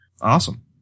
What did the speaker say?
Awesome